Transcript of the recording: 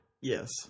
Yes